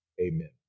Amen